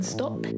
Stop